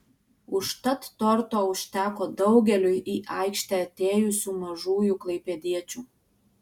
užtat torto užteko daugeliui į aikštę atėjusių mažųjų klaipėdiečių